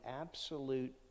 absolute